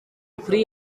ukuri